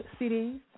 cds